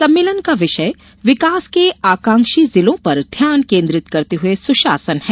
सम्मेलन का विषय विकास के आकांक्षी जिलों पर ध्यान केन्द्रित करते हुए सुशासन है